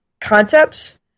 concepts